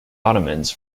ottomans